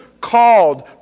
called